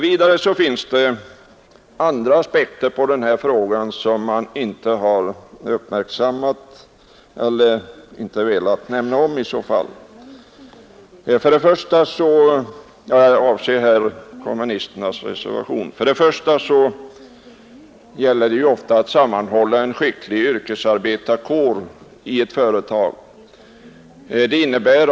Vidare finns det andra aspekter på den här frågan som man inte har uppmärksammat eller inte velat nämna — jag avser här kommunisternas För det första gäller det ofta att sammanhålla en skicklig yrkesarbetarkår i ett företag.